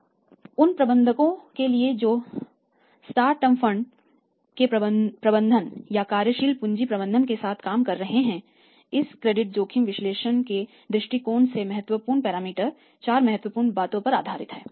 इसलिए उन प्रबंधकों के लिए जो शॉर्ट टर्म फंड के प्रबंधन या कार्यशील पूँजी प्रबंधन के साथ काम कर रहे हैं इस क्रेडिट जोखिम विश्लेषण के दृष्टिकोण से महत्वपूर्ण पैरामीटर चार महत्वपूर्ण बातों पर आधारित है